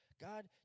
God